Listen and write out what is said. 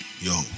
yo